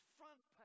front